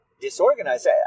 disorganized